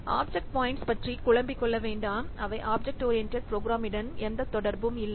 object points பற்றி குளம்பிக் கொள்ள வேண்டாம் அவை ஆப்ஜெக்ட் ஓரியண்ட் ப்ரோக்ராமிங் எந்த தொடர்பும் இல்லை